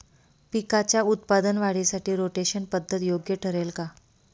पिकाच्या उत्पादन वाढीसाठी रोटेशन पद्धत योग्य ठरेल का?